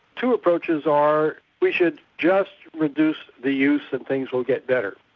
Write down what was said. two approaches are we should just reduce the use and things will get getter.